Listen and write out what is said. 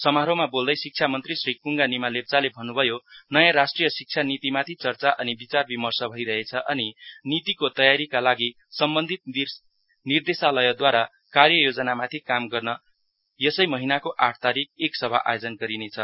समारोहमा बोल्दै शिक्षा मन्त्री श्री कुङ्गा निमा लेप्चाले भन्नु भयो नयाँ राष्ट्रिय शिक्षा नितीमाथि चर्चा अनि विचार विमर्श भइरहेछ अनि नितीको तयारीका लागि सम्बन्धित निर्देशालयद्वारा कार्य योजनामाथि काम गर्न यसै महिनाको आठ तारिख एक सभा आयोजना गरिनेछ